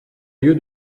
lieu